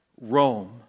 Rome